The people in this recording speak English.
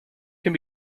can